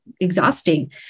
exhausting